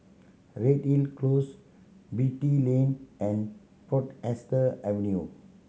Redhill Close Beatty Lane and port ester Avenue